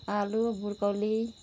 आलु ब्रोकोली